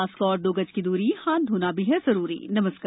mask और दो गज की दूरी हाथ धोना भी है जरुरी नमस्कार